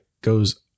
goes